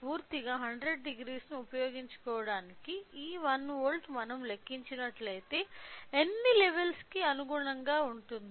పూర్తి 1000 ను ఉపయోగించుకోవటానికి ఈ 1 వోల్ట్ మనం లెక్కించినట్లయితే ఎన్ని లెవెల్స్ కి అనుగుణంగా ఉంటుంది